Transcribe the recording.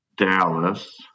Dallas